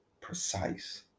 Precise